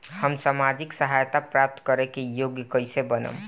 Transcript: हम सामाजिक सहायता प्राप्त करे के योग्य कइसे बनब?